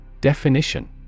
Definition